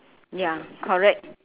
ya correct